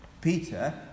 Peter